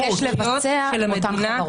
בהתקשרויות שהמדינה תבקש לבצע עם אותן חברות.